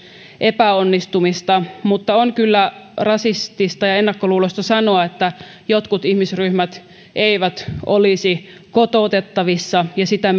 epäonnistumista mutta on kyllä rasistista ja ennakkoluuloista sanoa että jotkut ihmisryhmät eivät olisi kotoutettavissa ja sitä